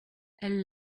elle